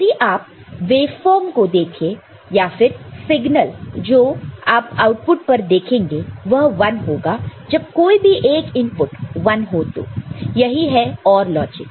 यदि आप वेवफ़ार्म को देखें या फिर सिग्नल जो आप आउटपुट पर देखेंगे वह 1 होगा जब कोई भी एक इनपुट 1 हो तो यही है OR लॉजिक